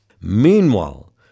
Meanwhile